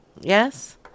Yes